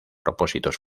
propósitos